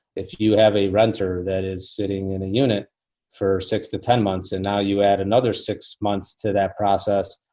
if you have a renter that is sitting in a unit for six to ten months and now you add another six months to that process,